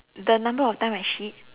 the number of time I shit